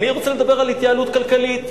אני רוצה לדבר על התייעלות כלכלית,